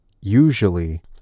usually